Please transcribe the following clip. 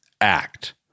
act